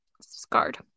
scarred